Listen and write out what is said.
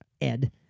Ed